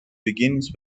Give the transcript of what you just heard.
begins